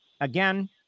again